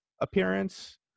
appearance